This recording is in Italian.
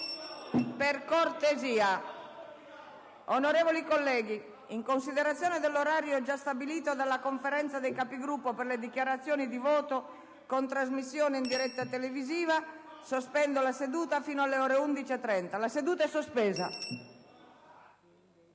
posta dal Governo. In considerazione dell'orario già stabilito dalla Conferenza dei Capigruppo per le dichiarazioni di voto con trasmissione in diretta televisiva, sospendo la seduta fino alle ore 11,30. *(La seduta, sospesa